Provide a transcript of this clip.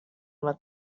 with